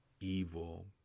evil